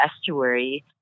estuary